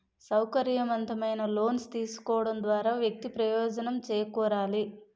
సౌకర్యవంతమైన లోన్స్ తీసుకోవడం ద్వారా వ్యక్తి ప్రయోజనం చేకూరాలి